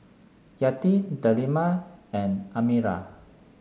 Yati Delima and Amirah